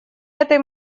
этой